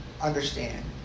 understand